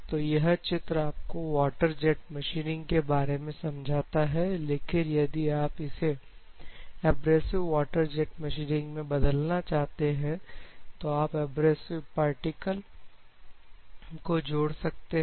तो यह चित्र आपको वाटर जेट मशीनिंग के बारे में समझाता है लेकिन यदि आप इसे एब्रेसिव वाटर जेट मशीनिंग में बदलना चाहते हैं तो आप एब्रेसिव पार्टिकल को जोड़ सकते हैं